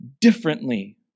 differently